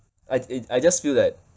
I it~ I just feel that